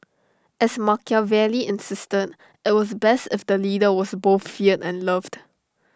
as Machiavelli insisted IT was best if the leader was both feared and loved